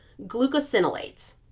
glucosinolates